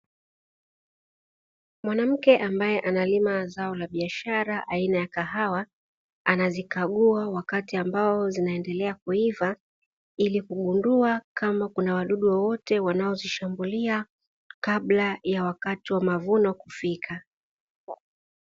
Mwanamke ambaye analima zao la biashara aina ya kahawa, anazikagua wakati ambao zinaendelea kuiva, ili kugundua kama kuna wadudu wowote wanaozishambulia kabla ya wakati wa mavuno kufika.